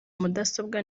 mudasobwa